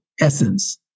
essence